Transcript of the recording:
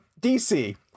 DC